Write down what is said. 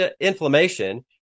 inflammation